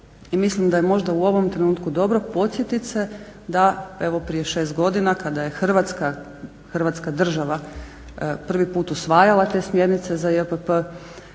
mislim da je možda u ovom trenutku dobro podsjetiti se da evo prije 6 godina kada je Hrvatska država prvi put usvajala te smjernice za JPP